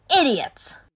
idiots